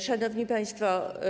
Szanowni Państwo!